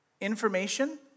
information